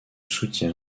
soutien